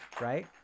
Right